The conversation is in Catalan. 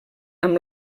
amb